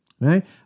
right